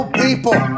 people